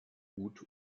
gut